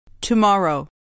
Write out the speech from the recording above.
Tomorrow